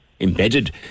embedded